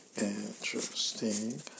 Interesting